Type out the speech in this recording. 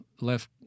left